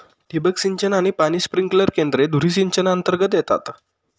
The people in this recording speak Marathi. ठिबक सिंचन आणि पाणी स्प्रिंकलर केंद्रे धुरी सिंचनातर्गत येतात